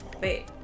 Wait